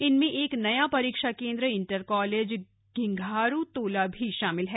इनमें एक नया परीक्षा केन्द्र इंटर कॉलेज घिंघारूतोला भी शामिल है